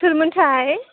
सोरमोनथाय